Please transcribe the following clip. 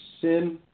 sin